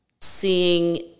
seeing